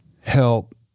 help